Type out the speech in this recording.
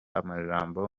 amajambo